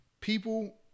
People